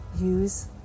Use